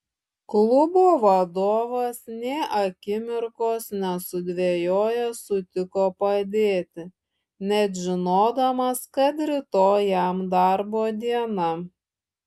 klubo vadovas nė akimirkos nesudvejojęs sutiko padėti net žinodamas kad rytoj jam darbo diena